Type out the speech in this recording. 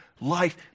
life